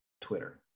Twitter